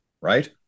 right